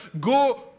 go